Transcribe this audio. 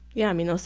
yeah, i mean,